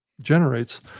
generates